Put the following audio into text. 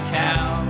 cow